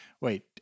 wait